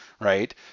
right